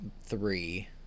three